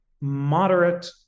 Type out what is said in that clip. moderate